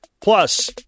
Plus